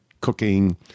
cooking